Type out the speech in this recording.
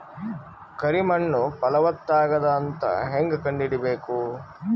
ಕರಿ ಮಣ್ಣು ಫಲವತ್ತಾಗದ ಅಂತ ಹೇಂಗ ಕಂಡುಹಿಡಿಬೇಕು?